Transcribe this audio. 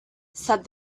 said